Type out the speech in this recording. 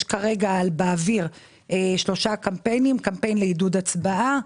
יש כרגע באוויר 3 קמפיינים: קמפיין לעידוד הצבעה,